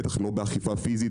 בטח לא באכיפה פיזית